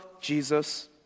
Jesus